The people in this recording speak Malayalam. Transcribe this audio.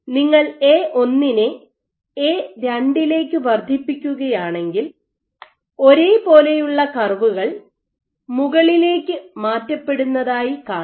നിങ്ങൾ എ1 നെ എ2 ലേക്ക് വർദ്ധിപ്പിക്കുകയാണെങ്കിൽ ഒരേപോലെയുള്ള കർവുകൾ മുകളിലേക്ക് മാറ്റപ്പെടുന്നതായി കാണാം